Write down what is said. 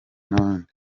nabandi